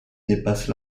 dépasse